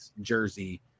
jersey